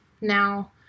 Now